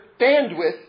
bandwidth